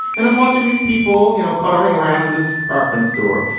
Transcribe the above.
and i'm watching these people, you know, puttering around in this department store.